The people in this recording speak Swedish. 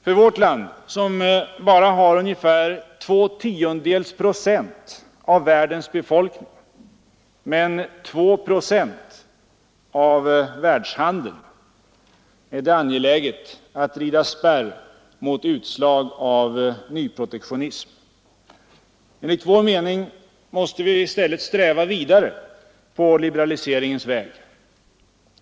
För vårt land, som bara har ungefär 0,2 procent av världens befolkning, men 2 procent av världshandeln, är det angeläget att rida spärr mot utslag av nyprotektionism. Enligt vår mening måste vi i stället sträva vidare på liberaliseringens väg.